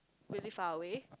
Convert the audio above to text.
really faraway